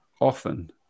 often